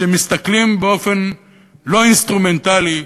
שמסתכלים באופן לא אינסטרומנטלי,